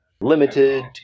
limited